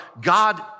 God